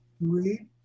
Read